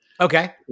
Okay